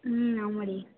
ம் ஆமாடி